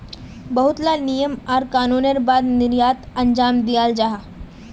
बहुत ला नियम आर कानूनेर बाद निर्यात अंजाम दियाल जाहा